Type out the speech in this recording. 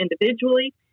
individually